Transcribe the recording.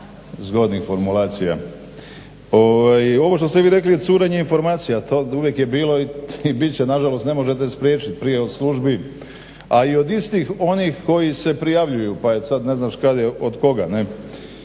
zgodnih formulacija. Ovo što ste vi rekli je curenje informacija. Toga je uvijek bilo i bit će nažalost ne možete spriječiti prijavu službi. A i od istih onih koji se prijavljuju pa sada ne znaš kada je od koga. A